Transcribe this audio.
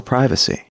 Privacy